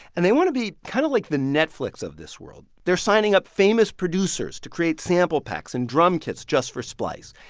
and they want be kind of like the netflix of this world. they're signing up famous producers to create sample packs and drum kits just for splice.